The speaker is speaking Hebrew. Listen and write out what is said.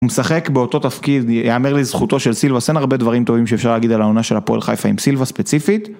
הוא משחק באותו תפקיד, יאמר לזכותו של סילבאס, אין הרבה דברים טובים שאפשר להגיד על העונה של הפועל חיפה עם סילבאס ספציפית.